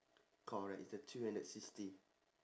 correct it's the three hundred sixty